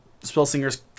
Spellsingers